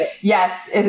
yes